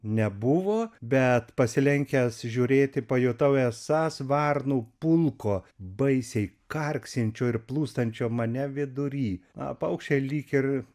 nebuvo bet pasilenkęs žiūrėti pajutau esąs varnų pulko baisiai karksinčio ir plūstančio mane vidury na paukščiai lyg ir